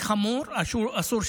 אמרתי